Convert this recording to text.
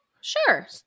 Sure